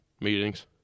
meetings